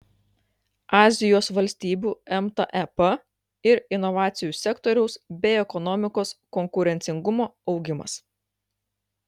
azijos valstybių mtep ir inovacijų sektoriaus bei ekonomikos konkurencingumo augimas